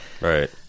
Right